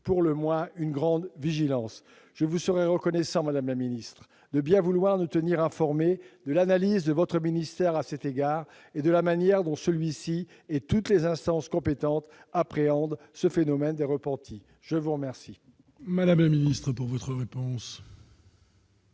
pour le moins une grande vigilance. Je vous serais reconnaissant, madame la garde des sceaux, de bien vouloir nous informer de l'analyse de votre ministère à cet égard et de la manière dont ce dernier, et toutes les instances compétentes, appréhendent ce phénomène des repentis. La parole